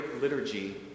liturgy